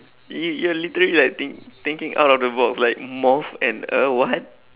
you you're literally like think~ thinking out of the box like moth and a what